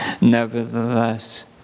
nevertheless